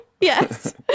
Yes